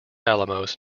alamos